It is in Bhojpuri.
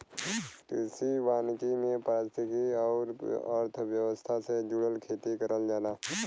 कृषि वानिकी में पारिस्थितिकी आउर अर्थव्यवस्था से जुड़ल खेती करल जाला